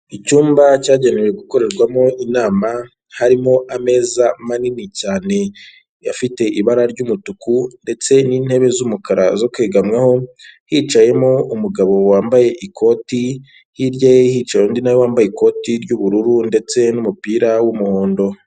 Icyumba cyagenewe gukorerwamo inama, harimo ameza manini cyane, afite ibara ry'umutuku ndetse n'intebe z'umukara zo kwegamwaho, hicayemo umugabo wambaye ikoti, hirya ye hicaye undi wambaye ikoti ry'ubururu ndetse n'umupira w'umuhondo.